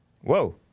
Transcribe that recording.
Whoa